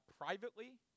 privately